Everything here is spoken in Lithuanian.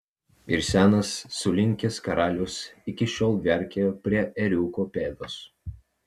ir senas sulinkęs karalius iki šiol verkia prie ėriuko pėdos